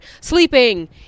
sleeping